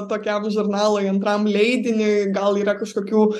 tokiam žurnalui antram leidiniui gal yra kažkokių